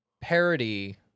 parody